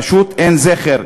פשוט אין זכר,